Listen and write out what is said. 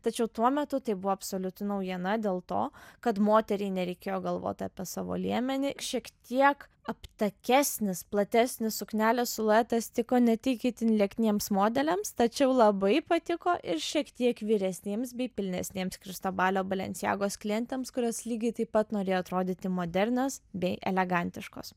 tačiau tuo metu tai buvo absoliuti naujiena dėl to kad moteriai nereikėjo galvot apie savo liemenį šiek tiek aptakesnis platesnis suknelės siluetas tiko ne tik itin liekniems modeliams tačiau labai patiko ir šiek tiek vyresnėms bei pilnesnėms kristobalio balenciagos klientėms kurios lygiai taip pat norėjo atrodyti modernios bei elegantiškos